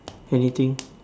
anything